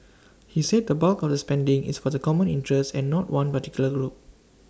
he said the bulk of the spending is for the common interest and not one particular group